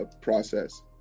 process